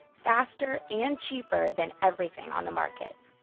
faster and cheaper than everything on the market.